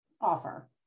offer